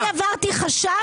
אבל אני עברתי חשב ויועץ משפטי.